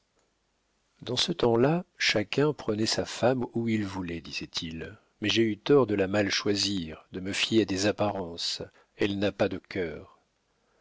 dans ce temps-là chacun prenait sa femme où il voulait disait-il mais j'ai eu tort de la mal choisir de me fier à des apparences elle n'a pas de cœur